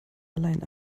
allein